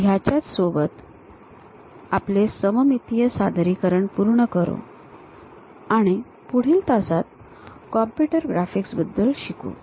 तर याच्याच सोबत आपण आपले सममितीय सादरीकरण पूर्ण करू आणि पुढील तासात आपण कॉम्प्युटर ग्राफिक्सबद्दल शिकू